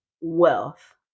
wealth